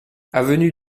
avenue